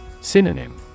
Synonym